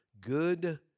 good